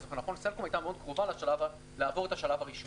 נכון סלקום הייתה מאוד קרובה לעבור את השלב הראשון.